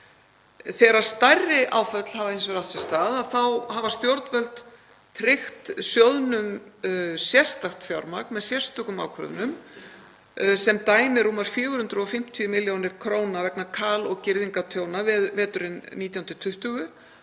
Þegar stærri áföll hafa hins vegar átt sér stað þá hafa stjórnvöld tryggt sjóðnum sérstakt fjármagn með sérstökum ákvörðunum, sem dæmi rúmar 450 millj. kr. vegna kal- og girðingartjóna veturinn 2019–2020